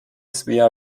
svea